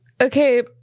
Okay